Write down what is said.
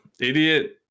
Idiot